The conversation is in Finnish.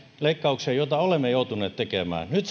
leikkauksia joita olemme joutuneet tekemään nyt